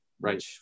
Right